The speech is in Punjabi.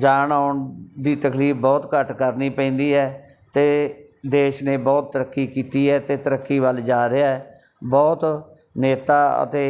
ਜਾਣ ਆਉਣ ਦੀ ਤਕਲੀਫ ਬਹੁਤ ਘੱਟ ਕਰਨੀ ਪੈਂਦੀ ਹੈ ਅਤੇ ਦੇਸ਼ ਨੇ ਬਹੁਤ ਤਰੱਕੀ ਕੀਤੀ ਹੈ ਅਤੇ ਤਰੱਕੀ ਵੱਲ ਜਾ ਰਿਹਾ ਹੈ ਬਹੁਤ ਨੇਤਾ ਅਤੇ